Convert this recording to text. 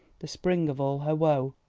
the spring of all her woe.